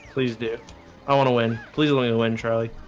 please. do i want to win please? let me win charlie